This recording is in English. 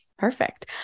Perfect